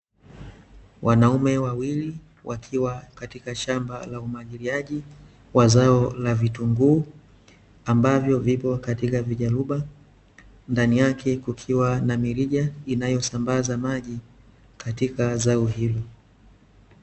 Wanaume wawili wakiwa katika shamba la umwagiliaji wa zao la vitunguu ambavyo vipo katika vijaruba, ndani yake kukiwa na mirija inayosambaza maji katika zao hilo.